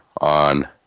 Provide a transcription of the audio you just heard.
on